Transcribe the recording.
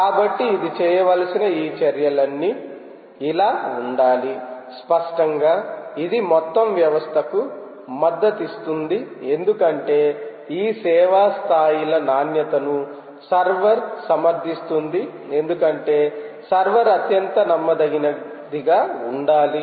కాబట్టి ఇది చేయవలసిన ఈ చర్యలన్నీ ఇలా ఉండాలి స్పష్టంగా ఇది మొత్తం వ్యవస్థకు మద్దతు ఇస్తుంది ఎందుకంటే ఈ సేవా స్థాయిల నాణ్యతను సర్వర్ సమర్థిస్తుంది ఎందుకంటే సర్వర్ అత్యంత నమ్మదగినదిగా ఉండాలి